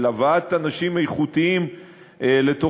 של הבאת אנשים איכותיים לתוכה,